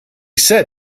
said